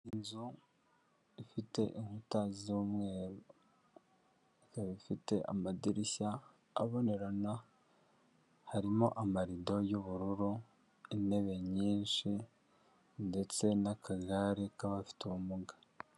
Inzu ifite inkuta z'umweru, ikaba ifite amadirishya abonerana, harimo amarido y'ubururu, intebe nyinshi ndetse n'akagare k'abafite ubumuga.